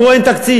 אמרו: אין תקציב.